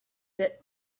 bit